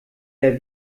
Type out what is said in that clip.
der